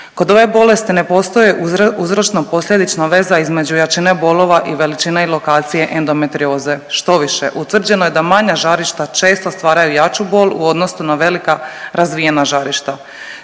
Kod ove bolesti ne postoje uzročno posljedično veza između jačine bolova i veličine i lokacije endometrioze, štoviše utvrđeno je da manja žarišta često stvaraju jaču bol u odnosu na velika razvijena žarišta.